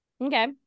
okay